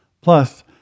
Plus